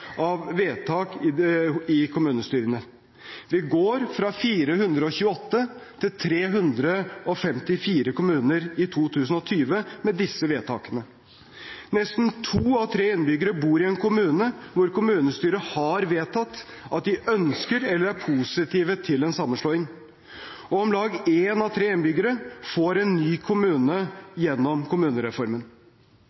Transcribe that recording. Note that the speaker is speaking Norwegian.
av vedtak i kommunestyrene. Vi går fra 428 til 354 kommuner i 2020 med disse vedtakene. Nesten to av tre innbyggere bor i en kommune hvor kommunestyret har vedtatt at de ønsker eller er positive til en sammenslåing, og om lag én av tre innbyggere får en ny kommune